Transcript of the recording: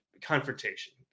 confrontation